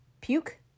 Puke